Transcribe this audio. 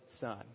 son